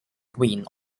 win